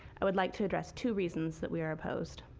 i would like to address two reasons that we are opposed.